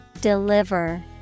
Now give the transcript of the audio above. Deliver